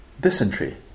Dysentery